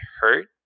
hurt